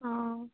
हँ